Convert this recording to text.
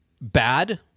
bad